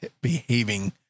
behaving